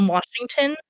Washington